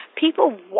People